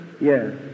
Yes